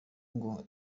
ngo